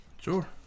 Sure